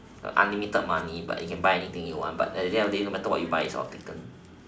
unlimited money but you can buy anything you want but at the end of the day no matter what you buy is all taken